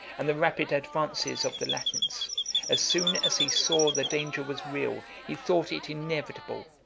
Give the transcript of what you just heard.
and the rapid advances of the latins as soon as he saw the danger was real, he thought it inevitable,